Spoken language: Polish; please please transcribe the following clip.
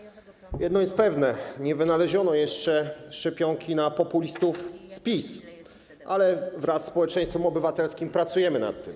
Jedno jest pewne: nie wynaleziono jeszcze szczepionki na populistów z PiS, ale wraz ze społeczeństwem obywatelskim pracujemy nad tym.